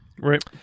Right